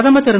பிரதமர் திரு